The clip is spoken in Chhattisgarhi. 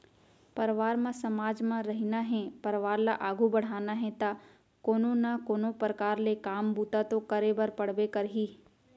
परवार म समाज म रहिना हे परवार ल आघू बड़हाना हे ता कोनो ना कोनो परकार ले काम बूता तो करे बर पड़बे करही